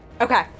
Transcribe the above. Okay